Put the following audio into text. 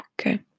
okay